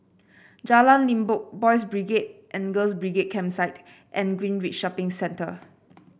Jalan Limbok Boys' Brigade and Girls' Brigade Campsite and Greenridge Shopping Centre